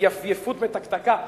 בהתייפייפות מתקתקה.